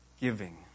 giving